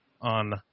on